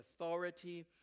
authority